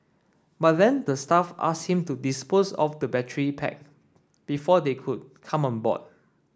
but then the staff asked him to dispose of the battery pack before they could come on board